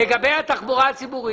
לגבי התחבורה הציבורית.